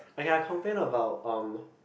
okay I complained about um